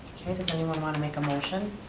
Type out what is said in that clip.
does anyone wanna make a motion?